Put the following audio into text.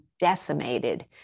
decimated